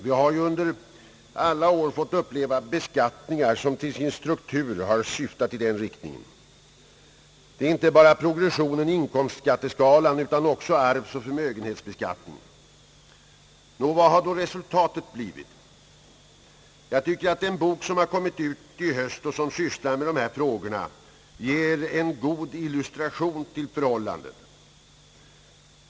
Vi har under alla år fått uppleva beskattningar som till sin struktur har syftat i den riktningen. Det gäller inte bara progressionen i inkomstskatteskalan utan också arvsoch förmögenhetsbeskattningen. | Nå, vad har då resultatet blivit? En bok som har kommit ut i höst och just sysslar med dessa frågor tycker jag ger en god illustration till förhållandet.